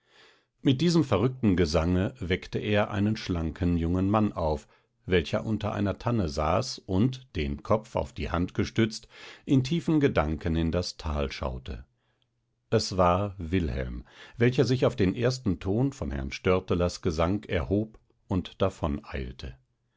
mit diesem verrückten gesange weckte er einen schlanken jungen mann auf welcher unter einer tanne saß und den kopf auf die hand gestützt in tiefen gedanken in das tal schaute es war wilhelm welcher sich auf den ersten ton von herrn störtelers gesang erhob und